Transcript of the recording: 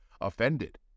offended